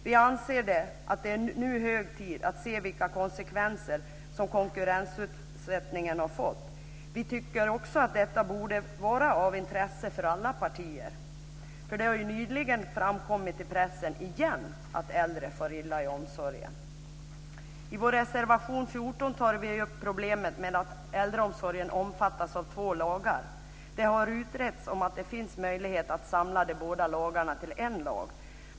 Vi anser att det nu är hög tid att se vilka konsekvenser konkurrensutsättningen har fått. Vi tycker också att detta borde vara av intresse för alla partier. Det har ju nyligen framkommit i pressen - igen - att äldre far illa i omsorgen. I vår reservation 14 tar vi upp problemet med att äldreomsorgen omfattas av två lagar. Det har utretts om det finns möjlighet att samla de båda lagarna till en lag.